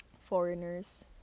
foreigners